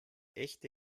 echte